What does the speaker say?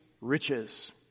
riches